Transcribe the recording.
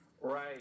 Right